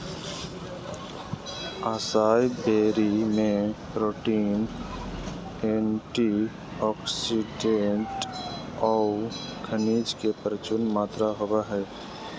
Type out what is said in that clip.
असाई berry में protein, antioxidant औऊ खनिज के प्रचुर मात्रा होबो हइ